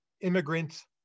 immigrants